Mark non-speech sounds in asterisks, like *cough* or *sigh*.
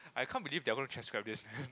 I can't believe they are gonna transcribe this man *laughs*